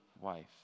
wife